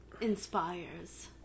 inspires